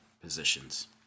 positions